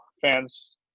fans